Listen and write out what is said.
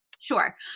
Sure